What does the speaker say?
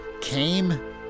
came